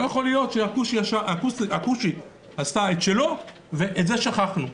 לא יכול להיות שהכושי עשה את שלו ואת זה שכחנו.